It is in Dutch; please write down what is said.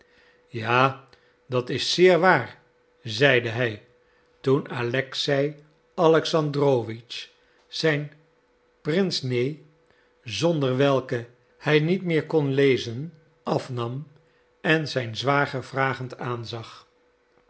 ja dat is zeer waar zeide hij toen alexei alexandrowitsch zijn pince-nez zonder welke hij niet meer kon lezen afnam en zijn zwager vragend aanzag